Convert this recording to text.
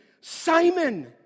Simon